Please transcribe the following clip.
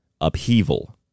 upheaval